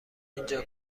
اینجا